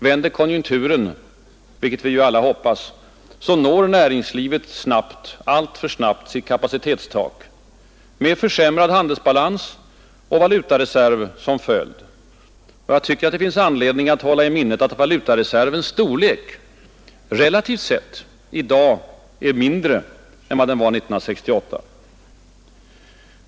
Vänder konjunkturen — vilket vi alla hoppas att den skall göra — når näringslivet snabbt, alltför snabbt, sitt kapacitetstak med försämrad handelsbalans och minskad valutareserv som följd. Jag tycker det finns anledning att hålla i minnet att valutareservens storlek relativt sett i dag är mindre än vad den var 1968.